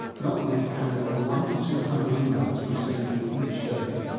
not least handling the one to two hundred emails we send you each day.